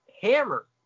hammer